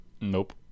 nope